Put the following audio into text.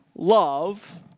Love